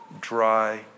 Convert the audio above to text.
dry